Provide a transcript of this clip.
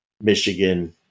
Michigan